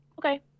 Okay